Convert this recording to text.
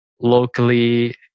locally